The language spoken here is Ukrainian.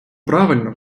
правильно